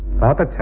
father,